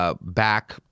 Back